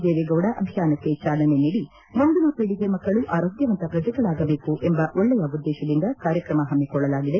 ದೇವೇಗೌಡ ಅಭಿಯಾನಕ್ಕೆ ಚಾಲನೆ ನೀಡಿ ಮುಂದಿನ ಪೀಳಿಗೆ ಮಕ್ಕಳು ಆರೋಗ್ಯವಂತ ಪ್ರಜೆಗಳಾಗಬೇಕು ಎಂಬ ಒಳ್ಳೆಯ ಉದ್ದೇಶದಿಂದ ಕಾರ್ಯಕ್ರಮ ಹಮ್ಮಿಕೊಳ್ಳಲಾಗಿದೆ